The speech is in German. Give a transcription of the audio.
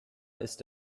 ist